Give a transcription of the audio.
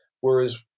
Whereas